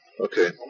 Okay